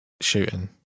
shooting